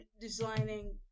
designing